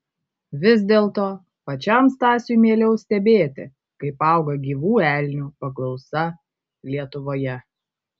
vis dėlto pačiam stasiui mieliau stebėti kaip auga gyvų elnių paklausa lietuvoje